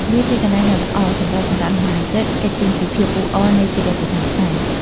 វាជាកន្លែងដ៏ល្អសម្រាប់សម្រាកលំហែចិត្ត គេចចេញពីភាពអ៊ូអរនៃជីវិតប្រចាំថ្ងៃ។